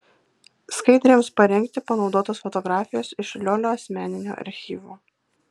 skaidrėms parengti panaudotos fotografijos iš liolio asmeninio archyvo